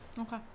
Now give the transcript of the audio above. Okay